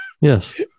Yes